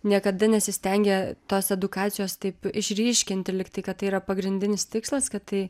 niekada nesistengia tos edukacijos taip išryškinti lygtai kad tai yra pagrindinis tikslas kad tai